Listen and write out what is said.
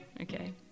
Okay